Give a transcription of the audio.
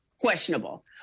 questionable